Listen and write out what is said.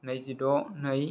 नैजिद' नै